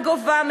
וגובה,